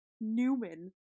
Newman